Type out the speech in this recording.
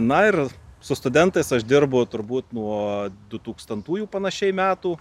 na ir su studentais aš dirbu turbūt nuo du tūkstantųjų panašiai metų